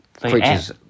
creatures